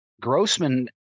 Grossman